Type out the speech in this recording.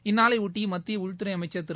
இந்நாளையொட்டி மத்திய உள்துறை அமைச்சர் திரு